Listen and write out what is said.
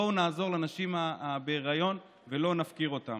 בואו נעזור לנשים בהיריון ולא נפקיר אותן.